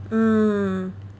mm